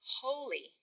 holy